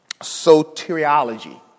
soteriology